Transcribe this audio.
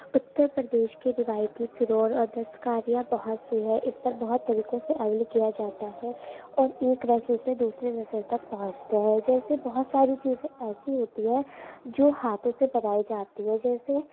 اترپردیش کی روایتی فرور اور دستکاریاں بہت سی ہے اس پر بہت طریقوں سے اویل کیا جاتا ہے اور ایک رسل سے دوسرے رسل تک پہنچتے ہیں جیسے بہت ساری چیزیں ایسی ہوتی ہے جو ہاتھو سے بنائی جاتی ہے جیسے